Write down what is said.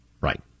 Right